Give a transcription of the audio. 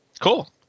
Cool